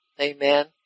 amen